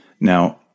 Now